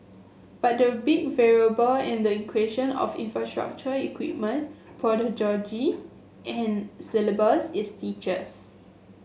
but the big variable in the equation of infrastructure equipment and syllabus is teachers